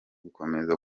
gukomeza